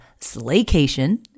Slaycation